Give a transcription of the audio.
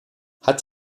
hat